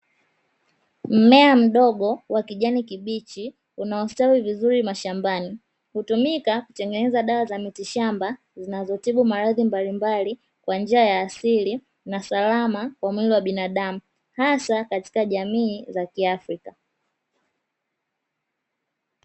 Mmea mdogo wa kijani kibichi, unaostawi vizuri mashambani, hutumika kutengeneza dawa za miti shamba zinazotengeneza dawa mbalimbali kwa njia ya asili na salama kwa mwili wa binadamu, hasa katika jamii za kiafrica.